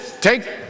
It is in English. take